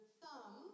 thumb